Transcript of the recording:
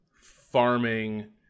farming